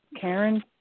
Karen